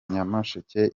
nyamasheke